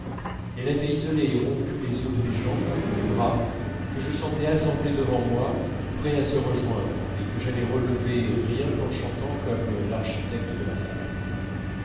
elle avait isolé et rompu les os de mes jambes de mes bras que je sentais assemblés devant moi prêts à se rejoindre et que j'allais relever rien qu'en chantant comme l'architecte de la fable